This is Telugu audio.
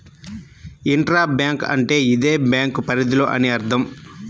ఇంట్రా బ్యాంక్ అంటే అదే బ్యాంకు పరిధిలో అని అర్థం